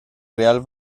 real